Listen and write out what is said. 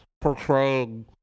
portraying